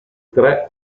tre